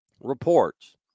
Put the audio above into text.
reports